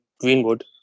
Greenwood